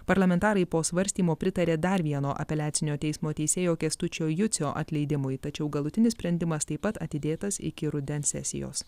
parlamentarai po svarstymo pritarė dar vieno apeliacinio teismo teisėjo kęstučio jucio atleidimui tačiau galutinis sprendimas taip pat atidėtas iki rudens sesijos